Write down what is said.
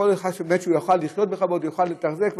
פוליסה שהוא יוכל לחיות איתה בכבוד ויוכל לתחזק,